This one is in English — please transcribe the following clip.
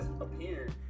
appeared